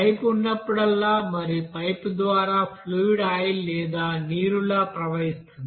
pipe ఉన్నప్పుడల్లా మరియు pipe ద్వారా ఫ్లూయిడ్ ఆయిల్ లేదా నీరులా ప్రవహిస్తుంది